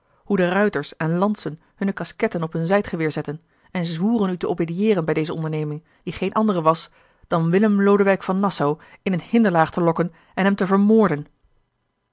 de ruiters en lantzen hunne casquetten op hun zijdgeweer zetten en zwoeren u te obedieeren bij deze onderneming die geene andere was dan willem lodewijk van nassau in eene hinderlaag te lokken en hem te vermoorden